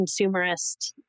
consumerist